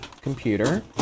computer